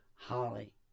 Holly